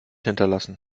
hinterlassen